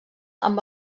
amb